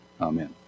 Amen